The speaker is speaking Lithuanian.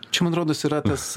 čia man rodos yra tas